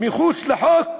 מחוץ לחוק,